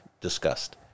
discussed